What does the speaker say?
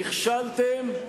נכשלתם,